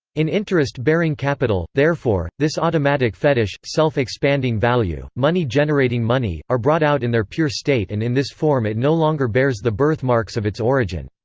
in interest-bearing capital, therefore, this automatic fetish, self-expanding value, money generating money, are brought out in their pure state and in this form it no longer bears the birth-marks of its origin.